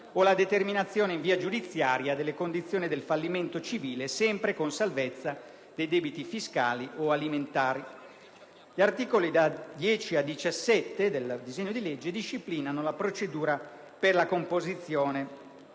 o la determinazione in via giudiziaria delle condizioni del fallimento civile, sempre con salvezza dei debiti fiscali o alimentari. Gli articoli da 10 a 17 del disegno di legge disciplinano la procedura per la composizione